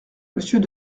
monsieur